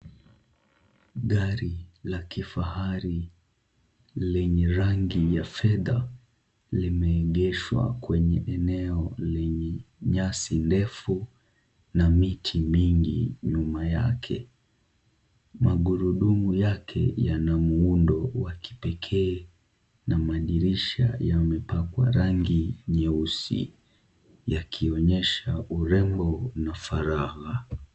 Gari la kifahari lenye rangi ya fedha limeegeshwa kwenye eneo lenye nyasi ndefu na miti mingi nyuma yake. Magurudumu yake yana muundo wa kipekee na madirisha yamepakwa rangi nyeusi yakionyesha urembo na faragha.